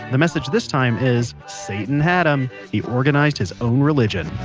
the message this time is, satan had em. he organized his own religion.